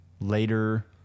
later